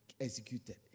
executed